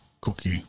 cookie